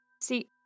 See